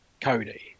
Cody